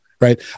right